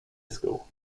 school